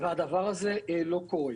והדבר הזה לא קורה.